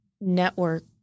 network